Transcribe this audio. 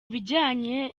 bijyanye